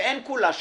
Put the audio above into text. ואין כולה שלי.